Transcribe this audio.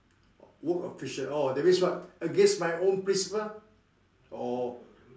work of friction oh that means what against my own principle or